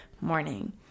morning